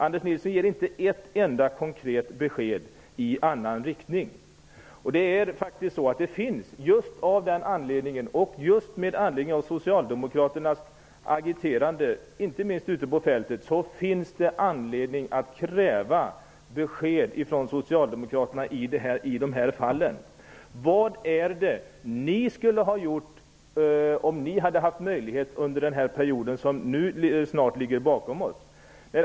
Anders Nilsson ger inte ett enda konkret besked i annan riktning. Just av den anledningen och med anledning av Socialdemokraternas agiterande, inte minst ute på fältet, finns det skäl att kräva besked från Socialdemokraterna i det här fallet: Vad skulle ni ha gjort om ni hade haft möjlighet under den period som snart ligger bakom oss?